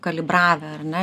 kalibravę ar ne